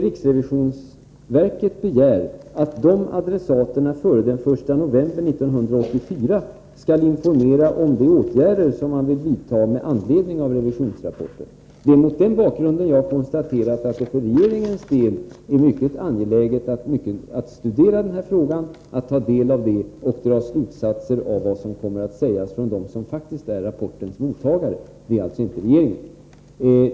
Riksrevisionsverket begär att de adressaterna före den 1 november 1984 skall informera om de åtgärder de vill vidta med anledning av revisionsrapporten. Det är mot den bakgrunden jag har konstaterat att det för regeringens del är mycket angeläget att studera den här frågan och ta del av och dra slutsatser av vad som kommer att sägas av dem som faktiskt är rapportens mottagare — och det är alltså inte regeringen.